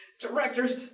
Directors